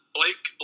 Blake